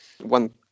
One